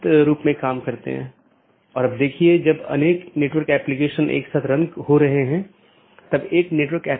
यहां R4 एक स्रोत है और गंतव्य नेटवर्क N1 है इसके आलावा AS3 AS2 और AS1 है और फिर अगला राउटर 3 है